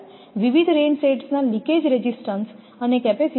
વિવિધ રેઇન શેડ્સના leakage resistance અને કેપેસીટન્સ લગભગ સમાન હોવા જોઈએ